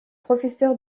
professeur